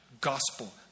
gospel